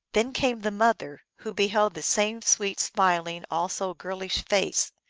then came the mother, who beheld the same sweet, smiling, also girlish face.